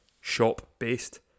shop-based